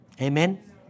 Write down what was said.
Amen